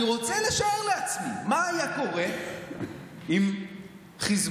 אני רוצה לשער לעצמי מה היה קורה אם הייתה